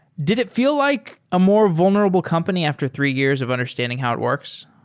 did it feel like a more vulnerable company after three years of understanding how it works?